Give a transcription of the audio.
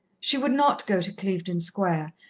she would not go to clevedon square,